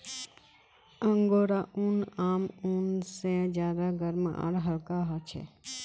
angora ऊन आम ऊन से ज्यादा गर्म आर हल्का ह छे